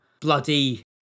Bloody